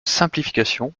simplification